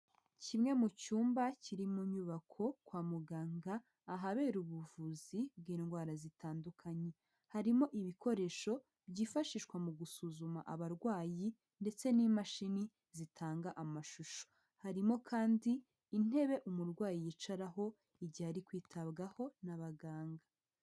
Kimwe mu cyumba kiri mu nyubako kwa muganga ahabera ubuvuzi bw'indwara zitandukanye. Harimo ibikoresho byifashishwa mu gusuzuma abarwayi ndetse n'imashini zitanga amashusho. Harimo kandi intebe umurwayi yicaraho igihe ari kwitabwaho n'abaganga.